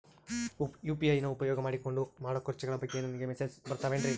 UPI ನ ಉಪಯೋಗ ಮಾಡಿಕೊಂಡು ಮಾಡೋ ಖರ್ಚುಗಳ ಬಗ್ಗೆ ನನಗೆ ಮೆಸೇಜ್ ಬರುತ್ತಾವೇನ್ರಿ?